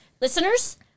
Listeners